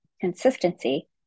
consistency